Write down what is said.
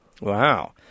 Wow